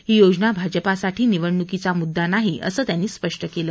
ही योजना भाजपासाठी निवडणुकीचा मुद्दा नाही असं त्यांनी स्पष्ट केलं